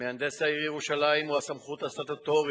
מהנדס העיר ירושלים, הוא הסמכות הסטטוטורית,